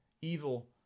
evil